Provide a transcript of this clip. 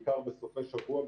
בעיקר בסופי שבוע,